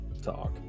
talk